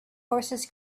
horses